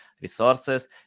resources